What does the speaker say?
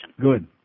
Good